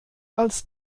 als